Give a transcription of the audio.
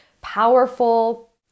powerful